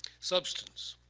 substance.